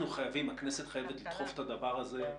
הכנסת חייבת לדחוף את הדבר הזה.